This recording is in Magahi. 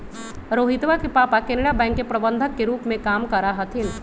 रोहितवा के पापा केनरा बैंक के प्रबंधक के रूप में काम करा हथिन